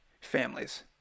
families